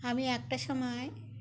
আমি একটা সময়